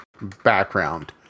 background